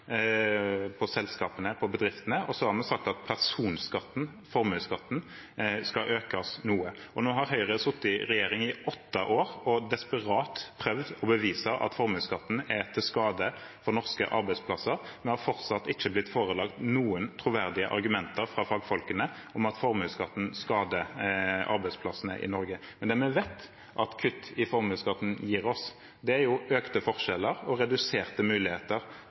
på selskapene, på bedriftene, og så har vi sagt at personskatten, formuesskatten, skal økes noe. Nå har Høyre sittet i regjering i åtte år og desperat prøvd å bevise at formuesskatten er til skade for norske arbeidsplasser, men vi har fortsatt ikke blitt forelagt noen troverdige argumenter fra fagfolkene om at formuesskatten skader arbeidsplassene i Norge. Men det vi vet at kutt i formuesskatten gir oss, er økte forskjeller og reduserte muligheter